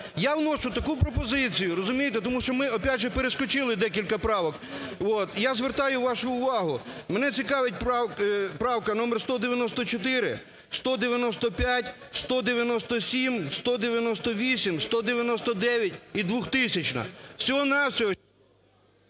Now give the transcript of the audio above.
Я вношу таку пропозицію, розумієте? Тому що ми опять же перескочили декілька правок. І я звертаю вашу увагу, мене цікавить правка номер 194, 195, 197, 198, 199, і 2000-а. Всього-на-всього…